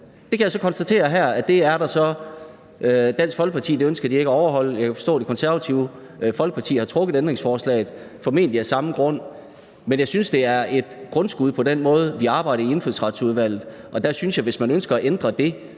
Det kan jeg så konstatere at Dansk Folkeparti ikke ønsker at overholde, og jeg kan forstå, at Det Konservative Folkeparti har trukket deres ændringsforslag, formentlig af samme grund. Men jeg synes, det er et grundskud mod den måde, vi arbejder på i Indfødsretsudvalget, og jeg synes, at hvis man ønsker at ændre det,